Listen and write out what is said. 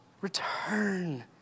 Return